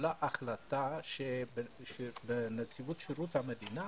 התקבלה החלטה שבנציבות שירות המדינה